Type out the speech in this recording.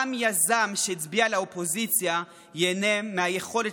גם יזם שהצביע לאופוזיציה ייהנה מהיכולת